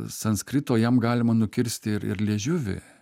sanskrito jam galima nukirsti ir ir liežuvį